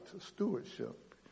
stewardship